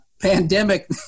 pandemic